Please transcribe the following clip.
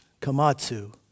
kamatsu